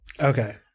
okay